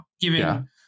given